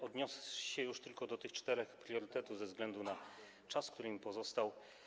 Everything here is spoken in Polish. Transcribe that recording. Odniosę się już tylko do tych czterech priorytetów ze względu na czas, który mi pozostał.